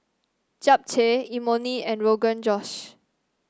Japchae Imoni and Rogan Josh